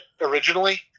originally